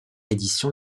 édition